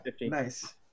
nice